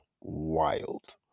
wild